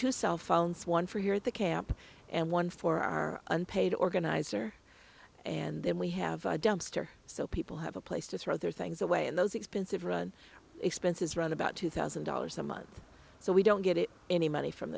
two cellphones one for here at the camp and one for our unpaid organizer and then we have a dumpster so people have a place to throw their things away and those expensive run expenses run about two thousand dollars a month so we don't get any money from